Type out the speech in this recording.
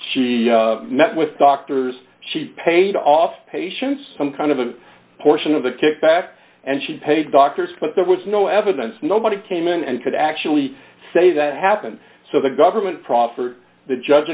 she met with doctors she paid off patients some kind of a portion of the kickbacks and she paid doctors but there was no evidence nobody came in and could actually say that happened so the government proffered the judge